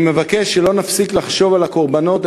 אני מבקש שלא נפסיק לחשוב על הקורבנות,